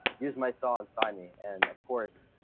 use my song sign me and of course,